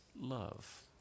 love